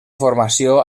formació